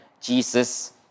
Jesus